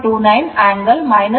9 ಆಗಿದೆ